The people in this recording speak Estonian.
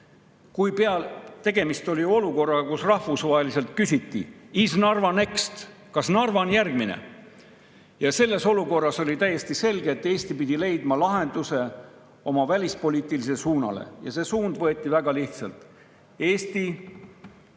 lihtne. Tegemist oli olukorraga, kus rahvusvaheliselt küsiti: "Is Narva next?" – "Kas Narva on järgmine?" Ja selles olukorras oli täiesti selge, et Eesti pidi leidma lahenduse oma välispoliitilisele suunale, ja see suund võeti väga lihtsalt: Eesti